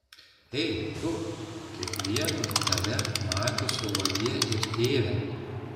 ei tu kiekvieno tave mačiusio vagie ir tėve